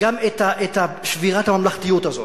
גם את שמירת הממלכתיות הזאת.